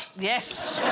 yes